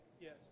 Yes